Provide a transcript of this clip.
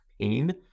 pain